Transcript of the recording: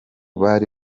bari